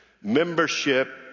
Membership